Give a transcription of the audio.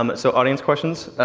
um so audience questions,